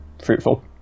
fruitful